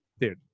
dude